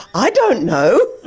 i don't know.